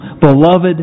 Beloved